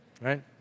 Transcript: Right